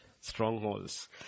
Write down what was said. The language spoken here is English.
strongholds